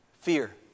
fear